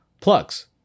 plugs